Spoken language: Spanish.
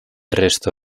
resto